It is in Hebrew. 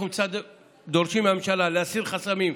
מצד אחד אנחנו דורשים מהממשלה להסיר חסמים,